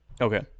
Okay